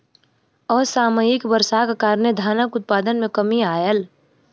असामयिक वर्षाक कारणें धानक उत्पादन मे कमी आयल